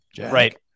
Right